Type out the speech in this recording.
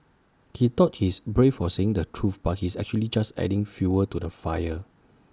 he thought he's brave for saying the truth but he's actually just adding fuel to the fire